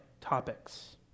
topics